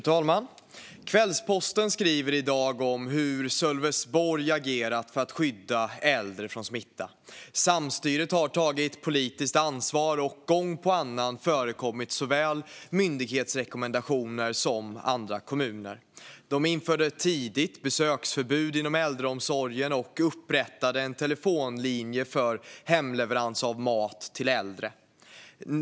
Fru talman! Kvällsposten skriver i dag om hur Sölvesborg agerat för att skydda äldre från smitta. Samstyret har tagit politiskt ansvar och gång efter annan förekommit såväl myndighetsrekommendationer som andra kommuner. Tidigt införde man besöksförbud inom äldreomsorgen och upprättade en telefonlinje för hemleverans av mat till äldre.